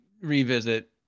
revisit